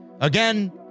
Again